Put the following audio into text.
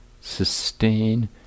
sustain